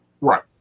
Right